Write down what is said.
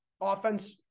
offense